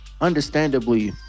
understandably